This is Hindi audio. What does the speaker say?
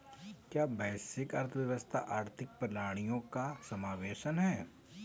क्या वैश्विक अर्थव्यवस्था आर्थिक प्रणालियों का समावेशन है?